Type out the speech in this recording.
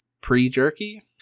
pre-jerky